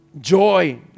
joy